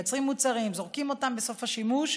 מייצרים מוצרים וזורקים אותם בסוף השימוש,